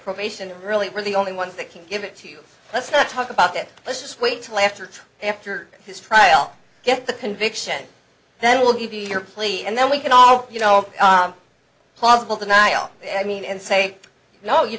probation early we're the only ones that can give it to you let's not talk about that let's just wait till after after his trial get the conviction then i will give you your plea and then we can all you know a plausible denial i mean and say no you